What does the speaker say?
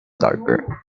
darker